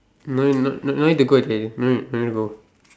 no no no need to go actually no need no need go